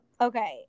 Okay